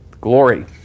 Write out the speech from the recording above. Glory